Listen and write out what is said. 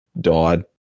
died